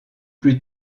plus